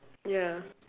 ya